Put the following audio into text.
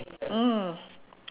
mm